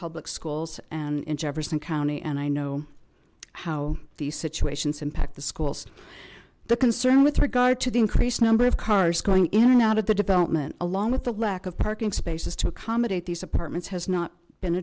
public schools and in jefferson county and i know how these situations impact the schools the concern with regard to the increased number of cars going in and out of the development along with the lack of parking spaces to accommodate these apartments has not been